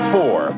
Four